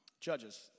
Judges